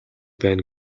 байна